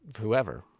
Whoever